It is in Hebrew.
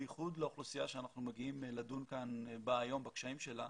במיוחד לאוכלוסייה בה אנחנו דנים ובקשיים שלה,